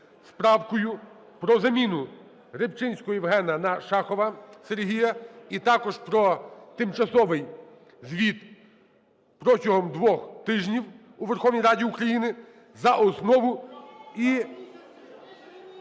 правкою про заміну Рибчинського Євгена на Шахова Сергія, і також про тимчасовий звіт протягом двох тижнів у Верховній Раді України за основу і…